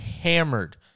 hammered